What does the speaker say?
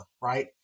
right